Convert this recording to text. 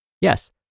Yes